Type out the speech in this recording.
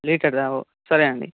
లీటర్దా సరే అండి